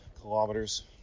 kilometers